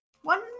One